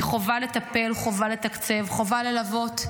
חובה לטפל, חובה לתקצב, חובה ללוות,